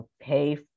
pay